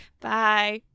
Bye